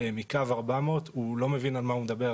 מקו 400 לא מבין על מה הוא מדבר,